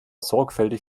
sorgfältig